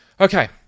okay